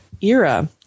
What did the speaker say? era